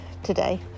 Today